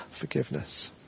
forgiveness